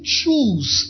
choose